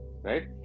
right